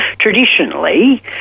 traditionally